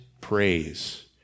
praise